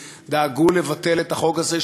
שדאגו לבטל את החוק הזה,